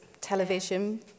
television